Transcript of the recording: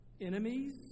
enemies